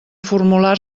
formular